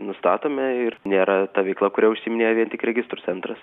nustatome ir nėra ta veikla kuria užsiiminėja vien tik registrų centras